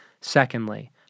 Secondly